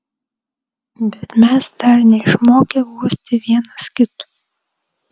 bet mes dar neišmokę guosti vienas kito